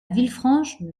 villefranche